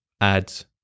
adds